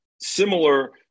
similar